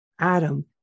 Adam